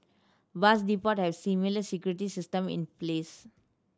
bus depot have similar security system in place